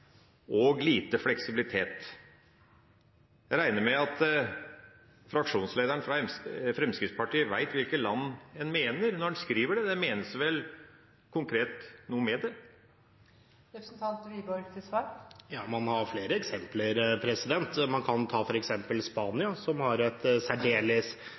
og lite fleksibilitet. Jeg regner med at fraksjonslederen fra Fremskrittspartiet vet hvilke land en mener når en skriver det? Det menes vel konkret noe med det? Ja, man har flere eksempler. Man kan ta f.eks. Spania, som har et